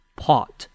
pot